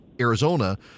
Arizona